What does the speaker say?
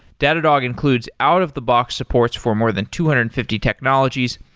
datadog includes out of the box supports for more than two hundred and fifty technologies,